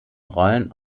rollen